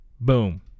boom